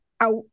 out